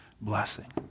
blessing